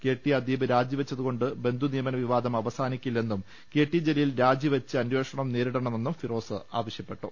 KT Adeeb രാജിവെച്ചതുകൊണ്ട് ബന്ധു നിയമന വിവാദം അവസാനിക്കില്ലെന്നും കെ ടി ജലീൽ രാജിവെച്ച് അന്വേഷണം നേരിടണമെന്നും ഫിറോസ് ആവശ്യപ്പെട്ടു